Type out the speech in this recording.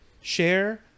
share